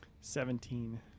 Seventeen